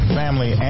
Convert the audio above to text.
family